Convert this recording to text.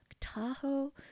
tahoe